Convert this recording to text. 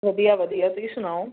ਵਧੀਆ ਵਧੀਆ ਤੁਸੀਂ ਸੁਣਾਓ